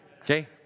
Okay